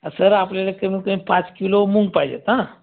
sir आपल्याला कमीतकमी पाच किलो मुंग पाहिजेत हां